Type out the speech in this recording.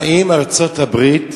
האם ארצות-הברית,